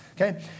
okay